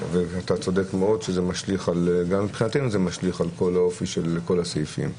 אתה צודק מאוד שזה משליך גם מבחינתנו על האופי של כל הסעיפים.